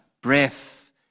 breath